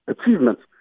achievements